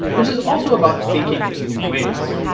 which is also about thinking in new ways.